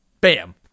bam